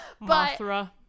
Mothra